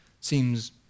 seems